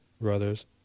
brothers